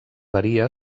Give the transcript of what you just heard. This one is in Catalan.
varia